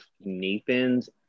Nathan's